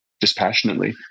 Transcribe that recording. dispassionately